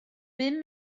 bum